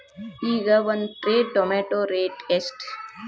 ಈಗ ಒಂದ್ tray tomato rate ಎಷ್ಟ?